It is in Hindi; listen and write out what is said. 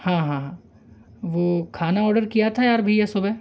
हाँ हाँ वो खाना ऑर्डर किया था यार भैया सुबह